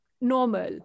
normal